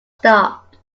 stopped